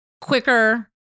quicker